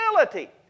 ability